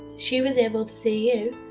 she was able to see you.